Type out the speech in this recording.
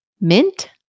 mint